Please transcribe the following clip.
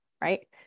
right